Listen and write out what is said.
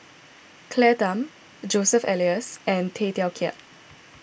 Claire Tham Joseph Elias and Tay Teow Kiat